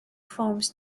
forms